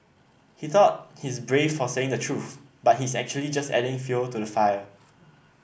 he thought he's brave for saying the truth but he's actually just adding fuel to the fire